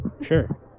Sure